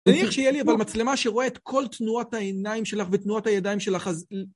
תניח שיהיה לי אבל מצלמה שרואה את כל תנועות העיניים שלך ותנועות הידיים שלך אז...